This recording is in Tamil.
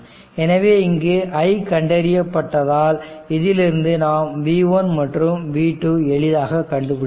எனவே இங்கு i கண்டறியப்பட்டதால் இதிலிருந்து நாம் V1 மற்றும் V2 எளிதாக கண்டுபிடிக்கலாம்